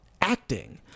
acting